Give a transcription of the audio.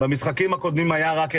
במשחקים הקודמים היה רק אחד.